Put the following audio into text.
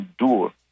endure